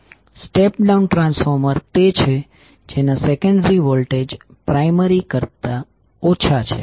step down transformer તે છે જેના સેકન્ડરી વોલ્ટેજ પ્રાયમરી વોલ્ટેજ કરતા ઓછો છે